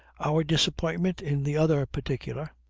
our disappointment in the other particular,